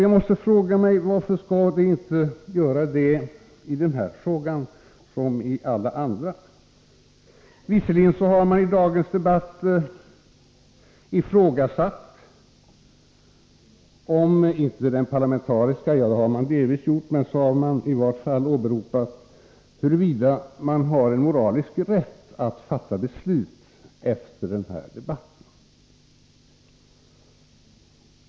Jag måste fråga mig: Varför skall de inte göra det i den här frågan som i alla andra? Visserligen har man i dagens debatt ifrågasatt vår, om inte parlamentariska så i varje fall moraliska, rätt att fatta beslut efter den här debatten.